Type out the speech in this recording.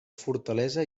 fortalesa